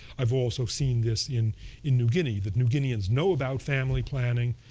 i've also seen this in in new guinea. the new guineans know about family planning.